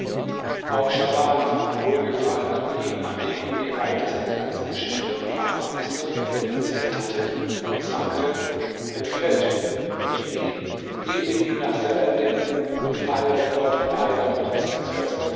auch schahban fand wohlgefallen an ihm nachdem ihm die alte seine ganze geschichte von anfang bis zu ende erzählt hatte und sagte er gefällt mir nimm ihn geh mit ihm nach serendib und feiere dort beider hochzeitsfest